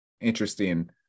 interesting